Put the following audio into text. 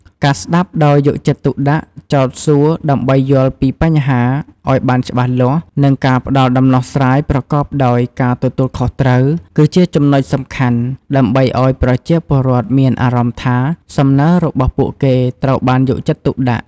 ការស្តាប់ដោយយកចិត្តទុកដាក់ ចោទសួរដើម្បីយល់ពីបញ្ហាឱ្យបានច្បាស់លាស់ និងការផ្តល់ដំណោះស្រាយប្រកបដោយការទទួលខុសត្រូវ គឺជាចំណុចសំខាន់ដើម្បីឱ្យប្រជាពលរដ្ឋមានអារម្មណ៍ថា សំណើរបស់ពួកគេត្រូវបានយកចិត្តទុកដាក់។